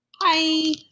Hi